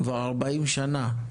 כבר 40 שנה.